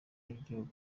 ry’igihugu